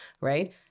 right